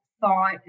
thought